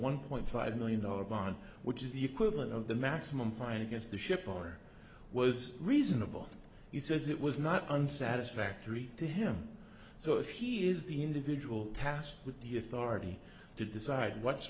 one point five million dollar bond which is the equivalent of the maximum fine against the shipper was reasonable he says it was not unsatisfactorily to him so if he is the individual tasks with the authority to decide what's